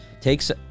takes